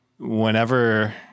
Whenever